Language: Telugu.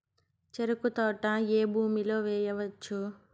చెరుకు తోట ఏ భూమిలో వేయవచ్చు?